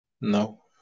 No